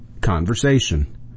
conversation